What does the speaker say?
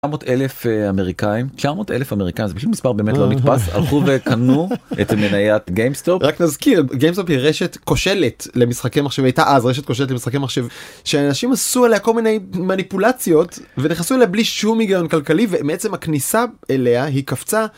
900 אלף אמריקאים. - 900 אלף אמריקאים! זה פשוט מספר באמת לא נתפס. - הלכו וקנו את מניית גיימסטופ. - רק נזכיר: גיימסטופ היא רשת כושלת, למשחקי מחשב... היא היתה אז, רשת כושלת למשחקי מחשב, שאנשים עשו עליה כל מיני מניפולציות ונכנסו אליה בלי שום הגיון כלכלי, ומעצם הכניסה אליה היא קפצה.